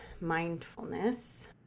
mindfulness